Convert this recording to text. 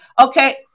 Okay